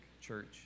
church